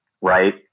right